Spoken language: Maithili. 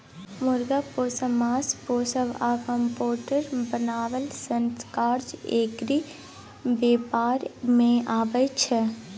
मुर्गा पोसब, माछ पोसब आ कंपोस्ट बनाएब सनक काज एग्री बेपार मे अबै छै